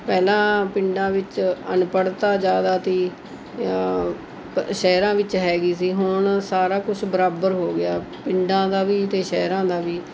ਪਹਿਲਾਂ ਪਿੰਡਾਂ ਵਿੱਚ ਅਨਪੜ੍ਹਤਾ ਜ਼ਿਆਦਾ ਤੀ ਸ਼ਹਿਰਾਂ ਵਿੱਚ ਹੈ ਸੀ ਹੁਣ ਸਾਰਾ ਕੁਛ ਬਰਾਬਰ ਹੋ ਗਿਆ ਪਿੰਡਾਂ ਦਾ ਵੀ ਅਤੇ ਸ਼ਹਿਰਾਂ ਦਾ ਵੀ